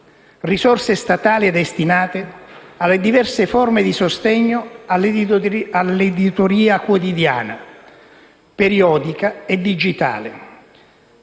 risorse statali destinate alle diverse forme di sostegno all'editoria quotidiana, periodica e digitale;